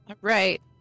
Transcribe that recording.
Right